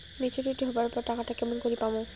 Maturity হবার পর টাকাটা কেমন করি পামু?